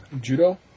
Judo